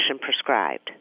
prescribed